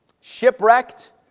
shipwrecked